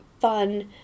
fun